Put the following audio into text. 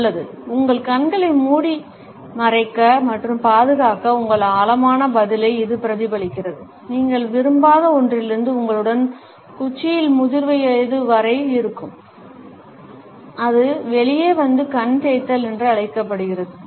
நல்லது உங்கள் கண்களை மூடிமறைக்க மற்றும் பாதுகாக்க உங்கள் ஆழமான பதிலை இது பிரதிபலிக்கிறது நீங்கள் விரும்பாத ஒன்றிலிருந்து உங்களுடன் குச்சிகள் முதிர்வயது வரை இருக்கும் அது வெளியே வந்து கண் தேய்த்தல் என்று அழைக்கப்படுகிறது